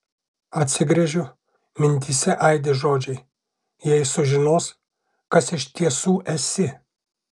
atsigręžiu mintyse aidi žodžiai jei sužinos kas iš tiesų esi